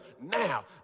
Now